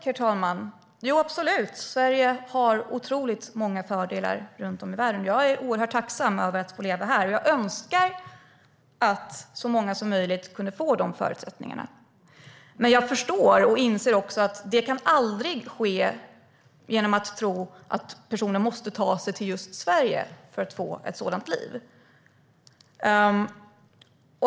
Herr talman! Absolut! Sverige har otroligt många fördelar runt om i världen. Jag är oerhört tacksam över att få leva här, och jag önskar att så många som möjligt kunde få dessa förutsättningar. Men jag förstår och inser att det aldrig kan ske genom att man tror att personer måste ta sig till just Sverige för att få ett sådant liv.